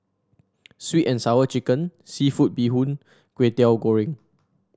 sweet and Sour Chicken seafood Bee Hoon Kway Teow Goreng